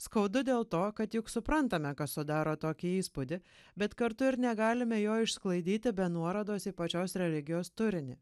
skaudu dėl to kad juk suprantame kas sudaro tokį įspūdį bet kartu ir negalime jo išsklaidyti be nuorodos į pačios religijos turinį